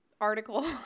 article